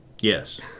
Yes